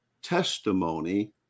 testimony